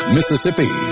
Mississippi